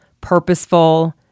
purposeful